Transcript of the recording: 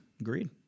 Agreed